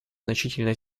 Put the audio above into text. значительно